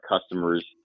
customers